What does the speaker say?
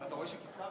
אתה רואה שקיצרתי?